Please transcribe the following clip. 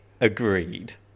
agreed